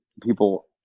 people